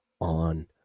on